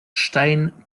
stein